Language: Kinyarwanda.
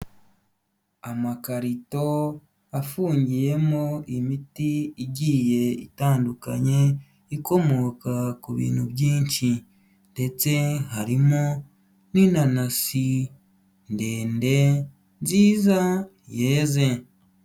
Amakarito afungiyemo imiti igiye itandukanye, ikomoka ku bintu byinshi ndetse harimo n'inanasi ndende nziza yeze.